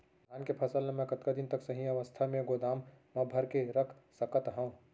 धान के फसल ला मै कतका दिन तक सही अवस्था में गोदाम मा भर के रख सकत हव?